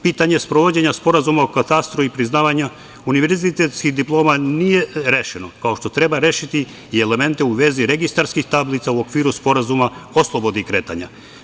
Pitanje sprovođenja sporazuma o katastru i priznavanja univerzitetskih diploma nije rešeno, kao što treba rešiti i elemente u vezi registarskih tablica u okviru sporazuma o slobodi kretanja.